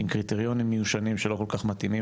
עם קריטריונים מיושנים שלא כול כך מתאימים